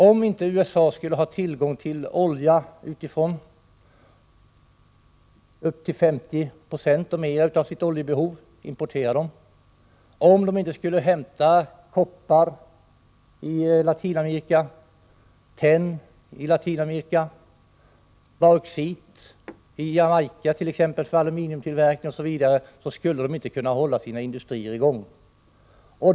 Om USA inte skulle ha tillgång till olja utifrån — de importerar 50 96 och mer av sitt oljebehov — om de inte skulle hämta koppar i Latinamerika, tenn i Latinamerika, bauxit i Jamaica t.ex. för aluminiumtillverkning osv., skulle de inte kunna hålla sina industrier i gång.